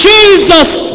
Jesus